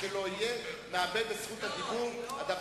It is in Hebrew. עוד ניתן לי מעבר למכסת הזמן.